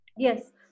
Yes